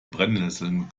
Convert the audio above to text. brennesseln